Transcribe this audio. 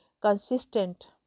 consistent